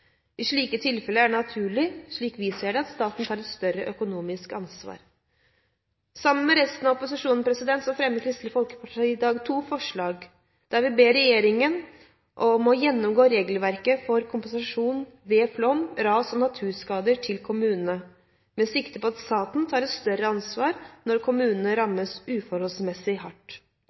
I slike tilfeller er det naturlig, slik vi ser det, at staten tar et større økonomisk ansvar. Sammen med resten av opposisjonen fremmer Kristelig Folkeparti i dag to forslag. Vi ber regjeringen om å gjennomgå regelverket for kompensasjon ved flom, ras og naturskade til kommunene, med sikte på at staten tar et større økonomisk ansvar når kommuner rammes uforholdsmessig hardt.